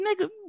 nigga